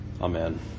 Amen